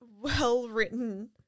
well-written